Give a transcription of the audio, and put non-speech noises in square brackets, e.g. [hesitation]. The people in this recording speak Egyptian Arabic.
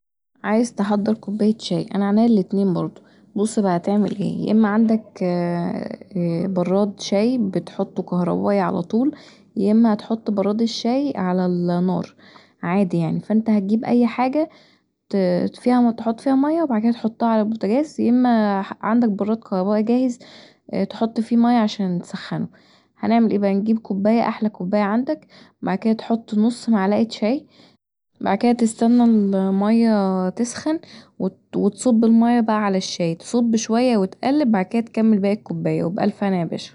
عايز تحضر كوباية شاي، انا عنيا الأتنين برضو بص بقي هتعمل ايه يا اما عندك [hesitation] براد شاي كهربائي بتحطه علي طول يا اما هتحط براد الشاي علي النار عادي يعني فأنت هتجيب أي حاجه تحط فيها ميه وبعد كدا تحطها علي البوتجاز يا أما عندك براد كهربائي جاهز تحط فيه ميه عشان تسخنه هنعمل ايه بقي، هنجيب كوبايه احلي كوبايه عندك بعد كدا تحط نص معلقة شاي بعد كدا تستني الميه تسخن وتصب بقي الميه علي الشاي تصب شويه وتقلب بعد كدا تكمل باقي الكوبايه وبألف هنا